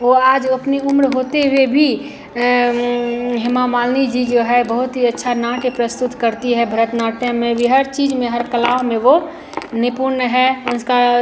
वह आज अपनी उम्र होते हुए भी हेमा मालिनी जी जो है बहुत ही अच्छा नाट्य प्रस्तुत करती हैं भरतनाट्यम में भी हर चीज़ में हर कला में वह निपुण है उसका